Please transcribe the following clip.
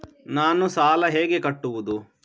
ನಾನು ಸಾಲ ಹೇಗೆ ಕಟ್ಟುವುದು?